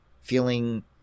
feeling